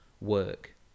work